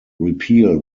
repeal